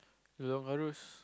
Lorong Halus